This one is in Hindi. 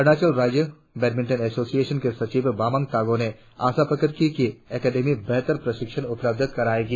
अरुणाचल राज्य बैडमिंटन एसोसियेशन के सचिव बामंग तागों ने आशा प्रकट की कि एकेडमी बेहतर प्रशिक्षण उपलब्ध कराएगी